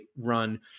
run